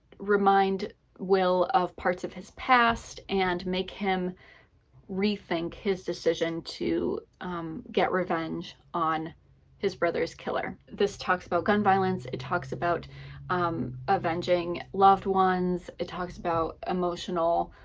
remind will of parts of his past and make him rethink his decision to get revenge on his brother's killer. this talks about gun violence, it talks about avenging loved ones, it talks about emotional,